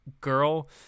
girl